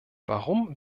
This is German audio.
warum